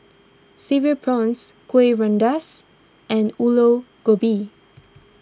Cereal Prawns Kuih Rengas and Aloo Gobi